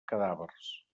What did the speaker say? cadàvers